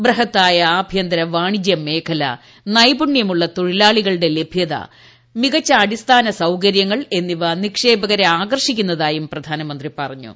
ബൃഹത്തായ ആഭ്യന്തര വാണിജൃ മേഖല നൈപുണൃമുള്ള തൊഴിലാളികളുടെ ലഭൃത അടിസ്ഥാന സൌകര്യങ്ങൾ എന്നിവ നിക്ഷേപകരെ മികച്ച ആകർഷിക്കുന്നതായും പ്രധാനമന്ത്രി പറഞ്ഞു